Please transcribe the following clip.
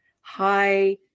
high